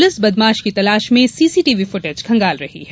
police बदमाश की तलाश में सीसीटीवी फुटेज खंगाल रही है